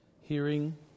hearing